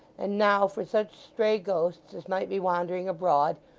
and now for such stray ghosts as might be wandering abroad,